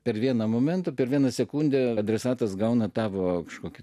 per vieną momentą per vieną sekundę adresatas gauna tavo kažkokį